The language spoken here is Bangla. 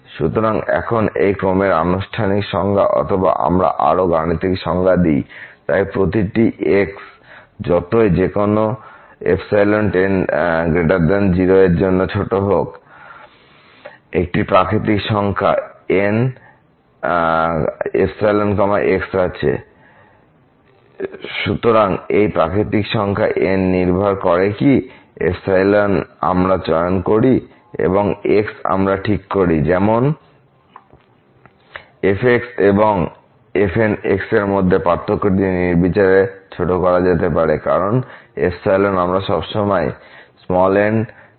সুতরাং এখন এই ক্রমের আনুষ্ঠানিক সংজ্ঞা অথবা আমরা আরও গাণিতিক সংজ্ঞা দিই তাই প্রতিটি x∈ a b যতই এবং যেকোনো ϵ 0 এর জন্য ছোট হোক একটি প্রাকৃতিক সংখ্যা N ϵ x আছে সুতরাং এই প্রাকৃতিক সংখ্যা N নির্ভর করেকি আমরা চয়ন করি এবং কোন x আমরা ঠিক করি যেমন fn এবং f এর মধ্যে এই পার্থক্যটি নির্বিচারে ছোট করা যেতে পারে কারণ আমরা সব nN ϵ x